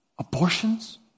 Abortions